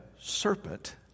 serpent